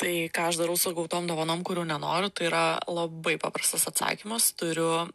tai ką aš darau su gautom dovanom kurių nenoriu tai yra labai paprastas atsakymas turiu